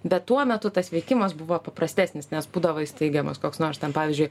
bet tuo metu tas veikimas buvo paprastesnis nes būdavo įsteigiamas koks nors ten pavyzdžiui